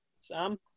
Sam